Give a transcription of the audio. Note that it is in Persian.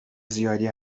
زیادی